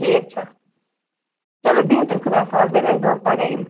ٹھیٖک چھُ چلو بِہِو تیٚلہِ خۄدایَس حوالہٕ تیٚلہِ أنۍزِہوکھ پَگاہ یِم